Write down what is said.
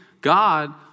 God